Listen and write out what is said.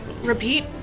repeat